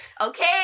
okay